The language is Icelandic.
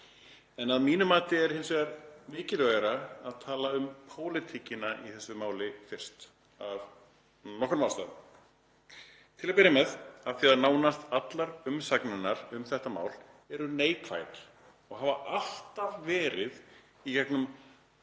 Að mínu mati er hins vegar mikilvægara að tala um pólitíkina í þessu máli fyrst og það er af nokkrum ástæðum. Til að byrja með af því að nánast allar umsagnirnar um þetta mál eru neikvæðar og hafa alltaf verið í gegnum